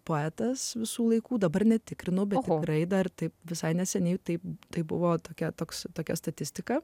poetas visų laikų dabar netikrinau bet orai dar taip visai neseniai taip tai buvo tokia toks tokia statistika